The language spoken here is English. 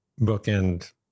bookend